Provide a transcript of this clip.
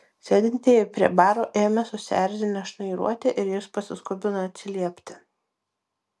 sėdintieji prie baro ėmė susierzinę šnairuoti ir jis pasiskubino atsiliepti